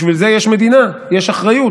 בשביל זה יש מדינה, יש אחריות.